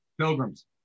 Pilgrims